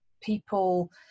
people